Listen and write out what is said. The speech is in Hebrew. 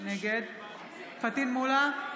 נגד פטין מולא,